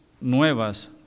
nuevas